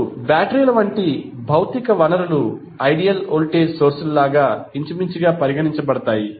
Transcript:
ఇప్పుడు బ్యాటరీల వంటి భౌతిక వనరులు ఐడియల్ వోల్టేజ్ సోర్స్ లాగా ఇంచుమించుగా పరిగణించబడతాయి